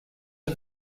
are